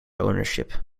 ownership